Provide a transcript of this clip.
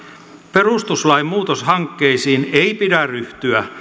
perustuslain muutoshankkeisiin ei pidä ryhtyä